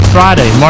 Friday